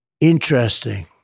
Interesting